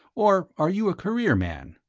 or are you a career man?